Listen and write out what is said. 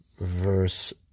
verse